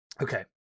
Okay